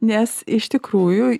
nes iš tikrųjų